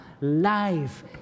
life